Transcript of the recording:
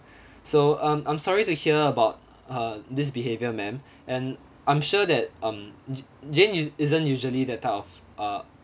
so I'm I'm sorry to hear about uh this behaviour ma'am and I'm sure that um j~ jane is~ isn't usually that type of uh